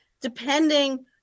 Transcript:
Depending